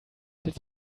did